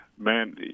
Man